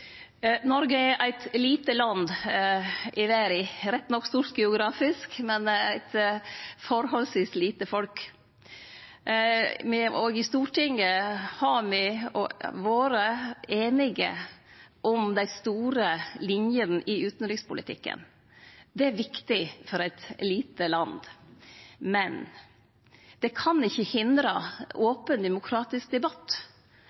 Noreg er eit lite land i verda – rett nok stort geografisk, men eit forholdsvis lite folk. I Stortinget har me vore einige om dei store linjene i utanrikspolitikken. Det er viktig for eit lite land. Men det kan ikkje hindre open, demokratisk debatt.